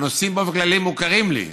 שהנושאים באופן כללי מוכרים לי,